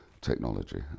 technology